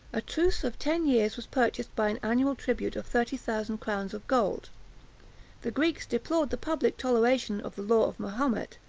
a truce of ten years was purchased by an annual tribute of thirty thousand crowns of gold the greeks deplored the public toleration of the law of mahomet,